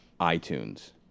iTunes